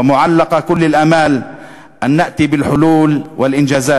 ובה ובנו תלויות כל התקוות שנביא לפתרונות והישגים.